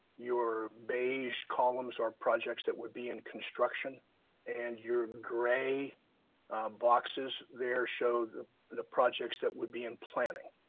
your beige columns are projects that would be in construction and your gray boxes there show the the projects that would be in planning.